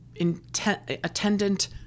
attendant